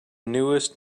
newest